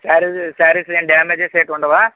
సారీస్ సారీస్ ఏం డామేజస్ ఏమీ ఉండవా